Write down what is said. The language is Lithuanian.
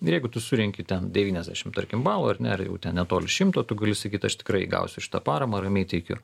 ir jeigu tu surenki ten devyniasdešimt tarkim balų ar ne ar jau ten netoli šimto tu gali sakyt aš tikrai gausiu šitą paramą ramiai teikiu